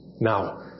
Now